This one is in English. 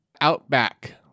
outback